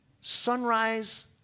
sunrise